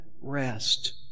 rest